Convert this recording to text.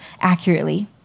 accurately